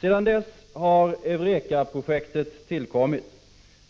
Sedan dess har EUREKA-projektet tillkommit.